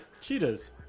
cheetahs